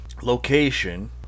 location